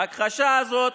ההכחשה הזאת,